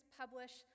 publish